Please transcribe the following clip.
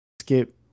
Skip